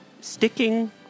sticking